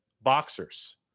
boxers